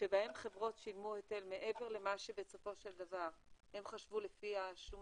שבהם חברות שילמו היטל מעבר למה שבסופו של דבר הם חשבו לפי השומה,